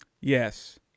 Yes